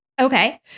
Okay